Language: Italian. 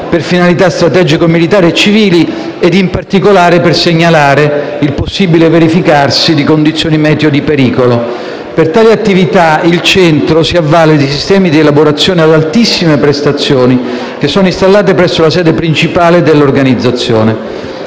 per finalità strategico-militari e civili, e in particolare per segnalare il possibile verificarsi di condizioni meteo di pericolo. Per tali attività, il Centro si avvale di sistemi di elaborazione ad altissime prestazioni, installati presso la sede principale dell'organizzazione.